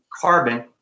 carbon